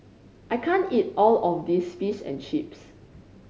I can't eat all of this Fish and Chips